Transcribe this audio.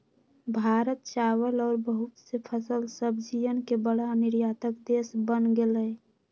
भारत चावल और बहुत से फल सब्जियन के बड़ा निर्यातक देश बन गेलय